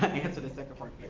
answer the second part